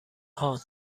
هان